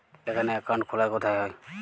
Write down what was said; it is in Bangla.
এখানে অ্যাকাউন্ট খোলা কোথায় হয়?